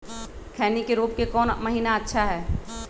खैनी के रोप के कौन महीना अच्छा है?